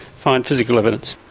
find physical evidence.